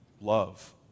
love